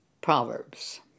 Proverbs